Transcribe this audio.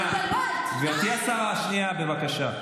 בבקשה.